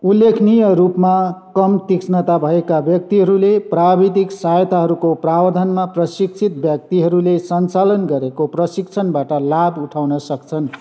उल्लेखनीय रूपमा कम तीक्ष्णता भएका व्यक्तिहरूले प्राविधिक सहायताहरूको प्रावधानमा प्रशिक्षित व्यक्तिहरूले सञ्चालन गरेको प्रशिक्षणबाट लाभ उठाउन सक्छन्